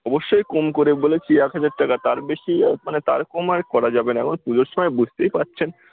অবশ্যই কম করে বলেছি এক হাজার টাকা তার বেশি আর মানে তার কম আর করা যাবে না এখন পুজোর সময় বুঝতেই পারছেন